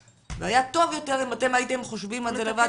והיה טוב אם אתם הייתם חושבים על זה לבד